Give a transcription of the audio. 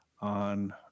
on